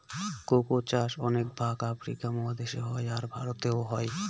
cocoa চাষ অনেক ভাগ আফ্রিকা মহাদেশে হয়, আর ভারতেও হয়